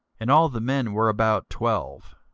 and all the men were about twelve.